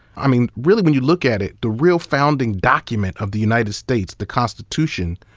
i mean, really when you look at it, the real founding document of the united states, the constitution,